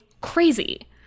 crazy